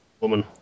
woman